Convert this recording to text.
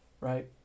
Right